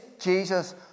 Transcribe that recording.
Jesus